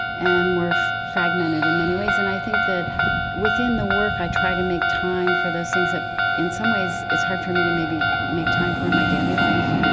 and we're fragmented in many ways. and i think that within the work, i try to make time for those things that, ah in some ways, it's hard for me to maybe make time for in my daily life.